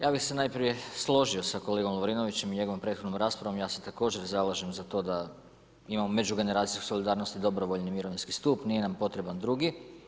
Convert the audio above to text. Ja bih se najprije složio sa kolegom Lovrinovićem i njegovom prethodnom raspravom, ja sam također zalažem za to da imamo međugeneracijsku solidarnost i dobrovoljni mirovinski stup, nije nam potreban drugi.